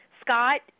Scott